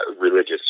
religious